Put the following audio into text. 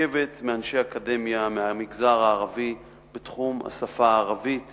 מורכבת מאנשי אקדמיה מהמגזר הערבי בתחום השפה הערבית